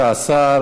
התשע"ז 2017,